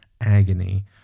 agony